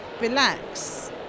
relax